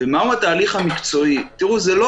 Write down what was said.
שזה גם